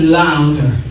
louder